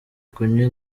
kunywa